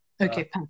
Okay